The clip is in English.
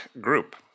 group